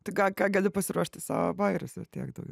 tai ką ką gali pasiruošt tai savo bajerius ir tiek daugiau